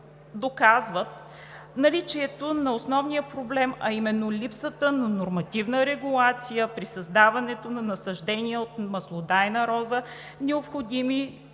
доказват наличието на основния проблем, а именно липсата на нормативна регулация при създаването на насаждения от маслодайна роза, като е необходим